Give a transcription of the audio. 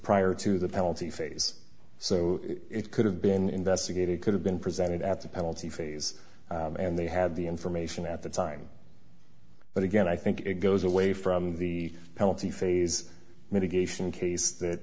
prior to the penalty phase so it could have been investigated could have been presented at the penalty phase and they had the information at the time but again i think it goes away from the penalty phase mitigation case th